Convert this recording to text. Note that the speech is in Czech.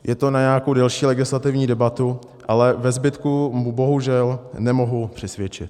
Je to na nějakou delší legislativní debatu, ale ve zbytku bohužel nemohu přisvědčit.